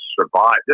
survive